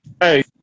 Hey